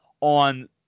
on